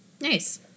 Nice